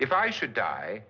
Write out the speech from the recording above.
if i should die